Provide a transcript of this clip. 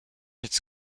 its